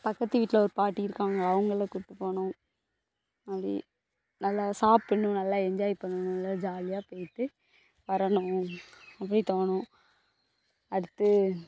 பக்கத்து வீட்டில ஒரு பாட்டி இருக்காங்க அவங்களை கூப்பிட்டு போகணும் அப்படி நல்லா சாப்பிட்ணும் நல்லா என்ஜாய் பண்ணணும் நல்ல ஜாலியாக போய்ட்டு வரணும் அப்படி தோணும் அடுத்து